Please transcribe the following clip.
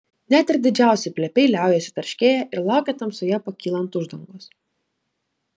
net ir didžiausi plepiai liaujasi tarškėję ir laukia tamsoje pakylant uždangos